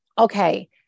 okay